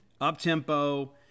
Up-tempo